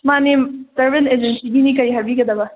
ꯃꯥꯅꯦ ꯇ꯭ꯔꯥꯚꯦꯜ ꯑꯦꯖꯦꯟꯁꯤꯒꯤꯅꯦ ꯀꯔꯤ ꯍꯥꯏꯕꯤꯒꯗꯕ